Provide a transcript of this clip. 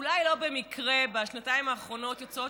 אולי לא במקרה בשנתיים האחרונות יוצאות